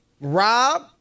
Rob